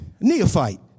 Neophyte